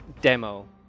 demo